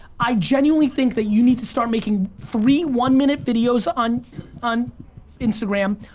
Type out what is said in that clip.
i genuinely think that you need to start making three one minute videos on on instagram,